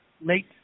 late